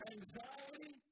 Anxiety